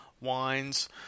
wines